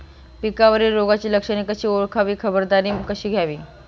पिकावरील रोगाची लक्षणे कशी ओळखावी, खबरदारी कशी घ्यावी?